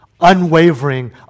unwavering